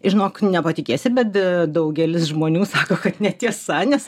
žinok nepatikėsi bet daugelis žmonių sako kad netiesa nes